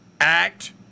Act